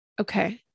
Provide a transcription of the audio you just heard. okay